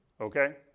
Okay